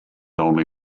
only